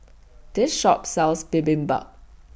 This Shop sells Bibimbap